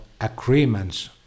agreements